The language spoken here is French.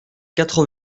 quatre